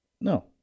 No